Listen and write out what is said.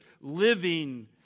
living